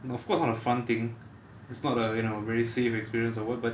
and of course not a fun thing it's not you know a very safe experience or what but